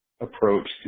approach